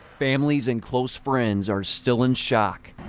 families and close friends are still in shock.